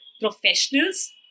professionals